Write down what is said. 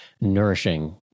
nourishing